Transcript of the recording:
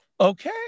Okay